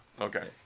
Okay